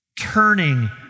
turning